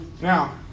Now